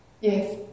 Yes